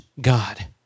God